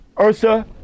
Ursa